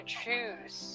choose